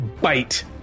bite